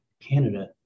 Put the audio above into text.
Canada